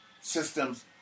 Systems